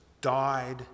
died